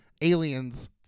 Aliens